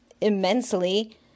immensely